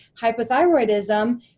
hypothyroidism